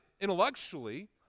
intellectually